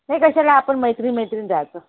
नाही कशाला आपण मैत्रीण मैत्रीण जायचं